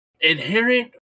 inherent